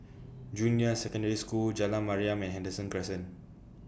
Junyuan Secondary School Jalan Mariam and Henderson Crescent